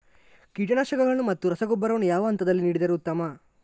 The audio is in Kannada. ಕೀಟನಾಶಕಗಳನ್ನು ಮತ್ತು ರಸಗೊಬ್ಬರವನ್ನು ಯಾವ ಹಂತದಲ್ಲಿ ನೀಡಿದರೆ ಉತ್ತಮ?